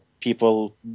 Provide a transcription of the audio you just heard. People